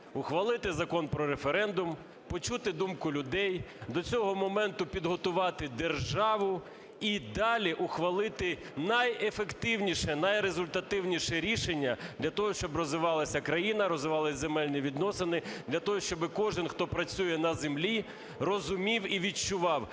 ухвалити Закон про референдум, почути думку людей, до цього моменту підготувати державу і далі ухвалити найефективніше, найрезультативніше рішення, для того щоб розвивалася країна, розвивались земельні відносини, для того щоби кожен, хто працює на землі, розумів і відчував,